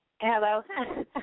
Hello